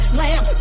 lamb